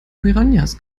piranhas